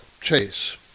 Chase